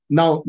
now